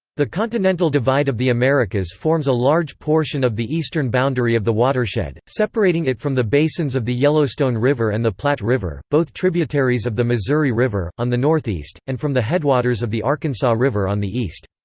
the continental divide of the americas forms a large portion of the eastern boundary of the watershed, separating it from the basins of the yellowstone river and the platte river both tributaries of the missouri river on the northeast, and from the headwaters of the arkansas river on the east.